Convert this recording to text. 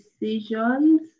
decisions